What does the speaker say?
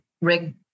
rig